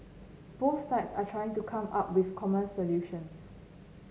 both sides are trying to come up with common solutions